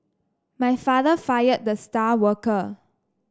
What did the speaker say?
my father fired the star worker